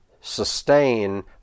sustain